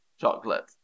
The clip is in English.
chocolate